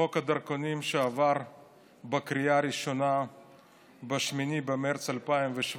חוק הדרכונים שעבר בקריאה ראשונה ב-8 במרץ 2017,